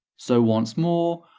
so, once more,